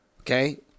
okay